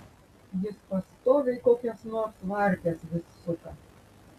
jis pastoviai kokias nors varkes vis suka